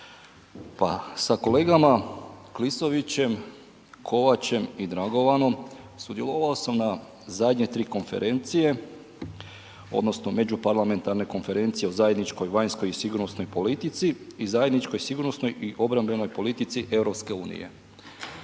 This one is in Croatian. Pa sa kolegama Klisovićem, Kovačem i Dragovanom sudjelovao sam na zadnje 3 konferencije odnosno međuparlamentarne konferencije o zajedničkoj vanjskoj i sigurnosnoj politici i zajedničkoj sigurnosnoj i obrambenoj politici EU. U radu te